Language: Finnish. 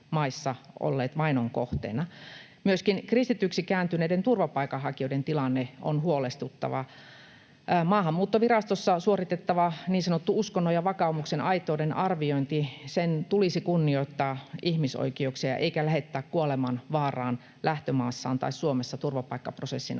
olleet vainon kohteena. Myöskin kristityksi kääntyneiden turvapaikanhakijoiden tilanne on huolestuttava. Maahanmuuttovirastossa suoritettavan niin sanotun uskonnon ja vakaumuksen aitouden arvioinnin tulisi kunnioittaa ihmisoikeuksia eikä lähettää kuolemanvaaraan lähtömaassaan tai Suomessa turvapaikkaprosessin aikana